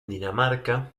dinamarca